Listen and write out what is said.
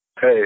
Hey